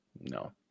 No